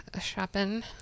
shopping